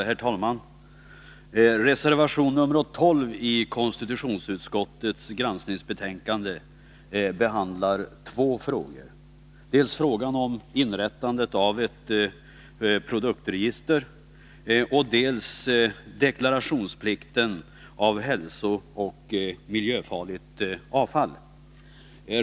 Herr talman! Reservation nr 12 i konstitutionsutskottets granskningsbetänkande behandlar två frågor: dels frågan om inrättande äv ett produktregister, dels deklarationsplikten när det gäller hälsooch miljöfarligt avfall.